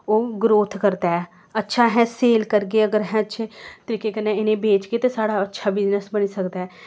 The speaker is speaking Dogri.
ओह् ग्रोथ करदा ऐ अच्छा ऐ अगर सेल करगे अच्छी तरीके कन्नै इनेंगी बेचगे ते साढ़ा अच्छा बिज़नस बनी सकदा ऐ